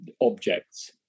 objects